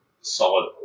solid